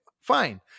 fine